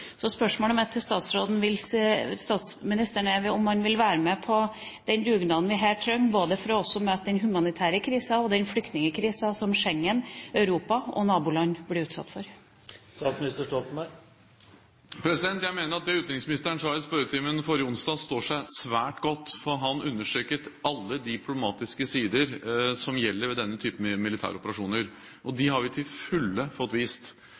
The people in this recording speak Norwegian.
Så spørsmålet mitt til statsministeren er om han vil være med på den dugnaden som her trengs, både fra oss som møter den humanitære krisen, og når det gjelder flyktningkrisen som Schengen, Europa og naboland blir utsatt for. Jeg mener at det utenriksministeren sa i spørretimen forrige onsdag, står seg svært godt, for han understreket alle de problematiske sidene ved denne typen militære operasjoner. De har vi til fulle fått vist.